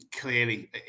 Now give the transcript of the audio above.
clearly